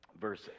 verse